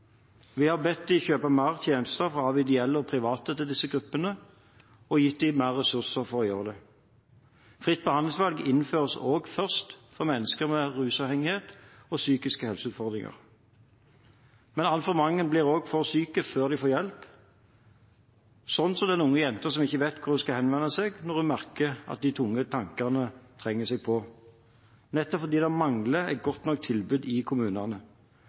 Vi har bedt dem kjøpe mer tjenester av ideelle og private til disse gruppene og gitt dem ressurser for å gjøre det. Fritt behandlingsvalg innføres først for mennesker med rusavhengighet og psykiske helseutfordringer. Men altfor mange blir for syke før de får hjelp – som den unge jenta som ikke vet hvor hun skal henvende seg når hun merker at de tunge tankene trenger seg på – fordi det mangler et godt nok tilbud i kommunene,